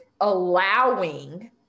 allowing